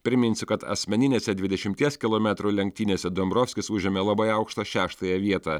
priminsiu kad asmeninėse dvidešimties kilometrų lenktynėse dombrovskis užėmė labai aukštą šeštąją vietą